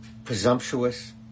Presumptuous